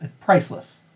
priceless